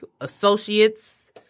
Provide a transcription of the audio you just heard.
associates